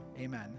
amen